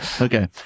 Okay